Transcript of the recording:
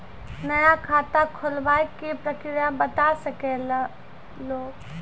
नया खाता खुलवाए के प्रक्रिया बता सके लू?